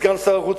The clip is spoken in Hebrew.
סגן שר החוץ,